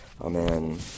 Amen